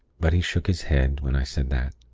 but he shook his head when i said that.